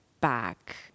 back